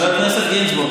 חבר הכנסת גינזבורג,